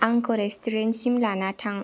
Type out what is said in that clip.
आंंखौ रेस्टुरेन्टसिम लाना थां